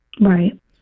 Right